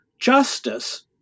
justice